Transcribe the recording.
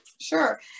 sure